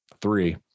three